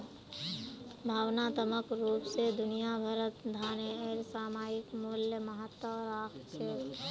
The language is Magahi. भावनात्मक रूप स दुनिया भरत धनेर सामयिक मूल्य महत्व राख छेक